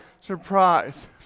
surprise